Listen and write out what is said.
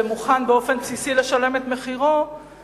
ומוכן באופן בסיסי לשלם את מחירו,